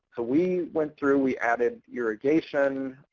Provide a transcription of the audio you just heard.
so we went through, we added irrigation,